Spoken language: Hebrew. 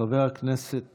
חבר הכנסת